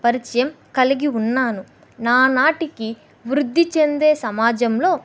పరిచయం కలిగి ఉన్నాను నానాటికి వృద్ధి చెందే సమాజంలో